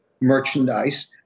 merchandise